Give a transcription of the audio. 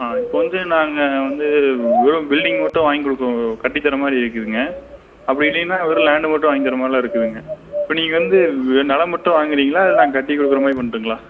ஆ இப்போது வந்து நாங்கள் வந்து வெறும் பில்டிங் மட்டும் வாங்கி கொடுக்க கட்டிதர மாதிரி இருக்குதுங்க அப்படி இல்லைனா வெறும் லேண்டு மட்டும் வாங்கித்தர்ற மாதிரில இருக்குதுங்க இப்போ நீங்கள் வந்து வெறும் நிலம் மட்டும் வாங்குறிங்களா இல்லை நாங்கள் கட்டி கொடுக்குறமாரி பண்றிங்களா